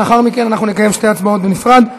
לאחר מכן, אנחנו נקיים שתי הצבעות בנפרד.